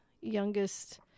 Youngest